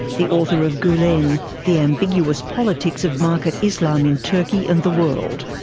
the author of gulen the ambiguous politics of market islam in turkey and the world.